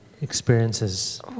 experiences